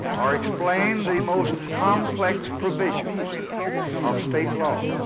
or explain the most complex provisions of state law.